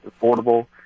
affordable